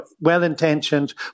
Well-intentioned